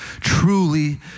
truly